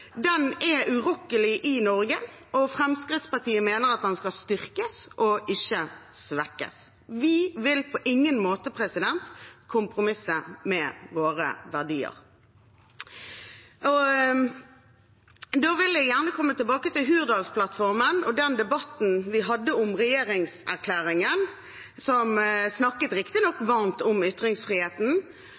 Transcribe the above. Den er urokkelig i Norge, og Fremskrittspartiet mener at den skal styrkes og ikke svekkes. Vi vil på ingen måte kompromisse med våre verdier. Da vil jeg gjerne komme tilbake til Hurdalsplattformen og den debatten vi hadde om regjeringserklæringen, som riktignok snakket varmt om ytringsfriheten.